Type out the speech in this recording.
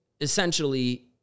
essentially